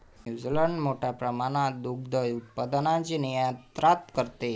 New Zealand मोठ्या प्रमाणात दुग्ध उत्पादनाची निर्यात करते